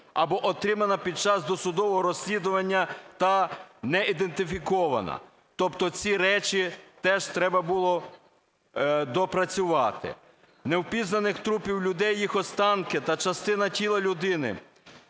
або отримана під час досудового розслідування та не ідентифікована". Тобто ці речі теж треба було доопрацювати. "Невпізнаних трупів людей, їх останки та частина тіла людини,